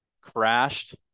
crashed